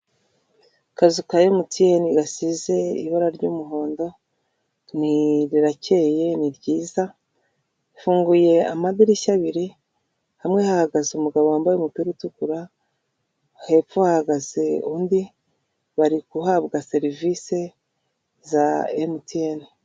Akazu ka emutiyeni gasize ibara ry'umuhondo rirakeye ni ryiza hafunguye amadirishya abiri hamwe hahagaze umugabo wambaye umupira utukura, hepfo uhagaze undi bari guhabwa serivisi za emutiyene.